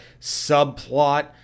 subplot